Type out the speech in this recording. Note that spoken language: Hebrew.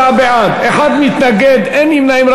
44 בעד, אחד מתנגד, אין נמנעים.